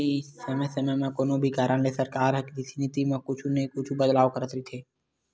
समे समे म कोनो भी कारन ले सरकार ह कृषि नीति म कुछु न कुछु बदलाव करत रहिथे